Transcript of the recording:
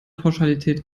pauschalität